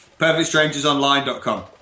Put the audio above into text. Perfectstrangersonline.com